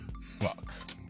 fuck